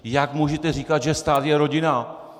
Jak můžete říkat, že stát je rodina?